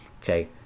okay